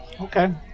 Okay